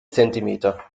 zentimeter